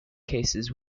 cases